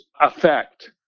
effect